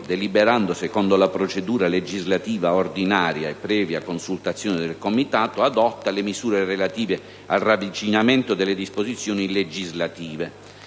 deliberando secondo la procedura legislativa ordinaria e previa consultazione del Comitato, adotta le misure relative al ravvicinamento delle disposizioni legislative